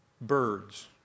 birds